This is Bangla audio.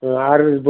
আর